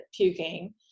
puking